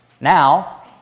Now